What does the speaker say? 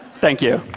thank you.